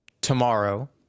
tomorrow